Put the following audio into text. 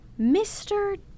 Mr